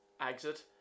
exit